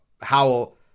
Howell